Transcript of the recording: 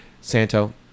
Santo